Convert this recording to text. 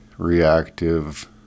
reactive